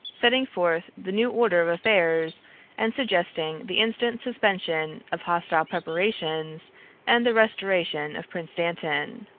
setting forth the new order of affairs and suggesting the instant suspension of hostile preparations and the restoration of prince dantan.